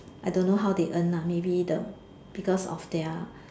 I don't know how they earn lah maybe the because of their